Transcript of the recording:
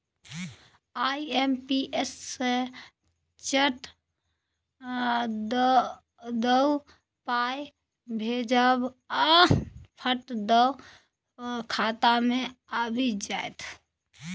IMPS सँ चट दअ पाय भेजब आ पट दअ खाता मे आबि जाएत